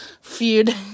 feud